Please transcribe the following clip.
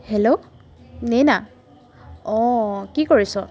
hello নেইনা অঁ কি কৰিছ